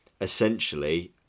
essentially